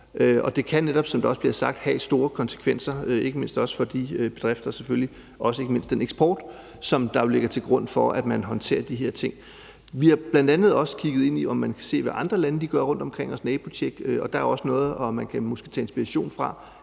sagt, have store konsekvenser, ikke mindst også for de bedrifter selvfølgelig og ikke mindst også for den eksport, som ligger til grund for, at man håndterer de her ting. Vi har bl.a. også kigget ind i, om man kan se, hvad andre lande gør rundtomkring os, lavet nabotjek, og der er noget, man måske også kan tage inspiration fra.